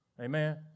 Amen